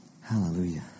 Hallelujah